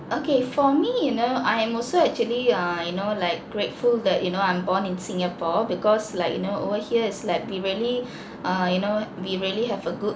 okay for me you know I am also actually uh you know like grateful that you know I'm born in singapore because like you know over here is like we really err you know we really have a good